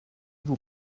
vous